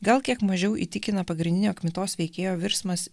gal kiek mažiau įtikina pagrindinio kmitos veikėjo virsmas